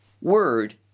word